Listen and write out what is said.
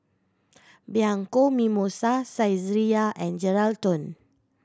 Bianco Mimosa Saizeriya and Geraldton